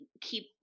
keep